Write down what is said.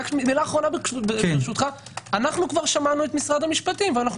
אנחנו כבר שמענו את משרד המשפטים ואנחנו